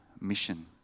mission